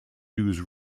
use